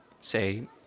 say